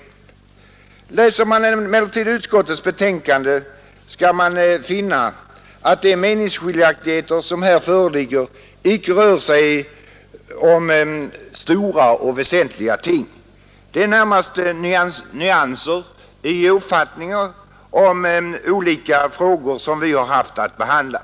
Läser man emellertid utskottets betän 101 kande skall man finna, att de meningsskiljaktigheter som här föreligger icke rör sig om stora och väsentliga ting. Det är närmast nyanser i uppfattningar om olika frågor som vi har haft att behandla.